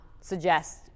suggest